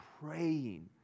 praying